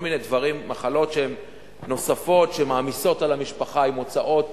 כל מיני מחלות נוספות שמעמיסות על המשפחה עם הוצאות,